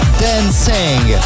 dancing